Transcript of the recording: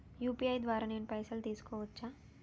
UPI ద్వారా నేను పైసలు తీసుకోవచ్చా?